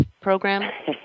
program